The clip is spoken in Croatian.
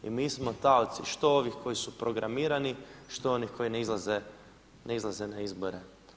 I mi smo taoci što ovih koji su programiranih, što onih koji ne izlaze na izbore.